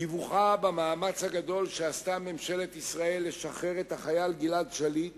תיווכה במאמץ הגדול שעשתה ממשלת ישראל לשחרר את החייל גלעד שליט